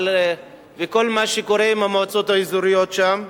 וכל מה שקורה עם המועצות האזוריות שם.